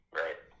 right